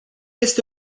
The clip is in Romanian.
este